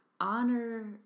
Honor